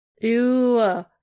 Ew